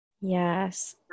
Yes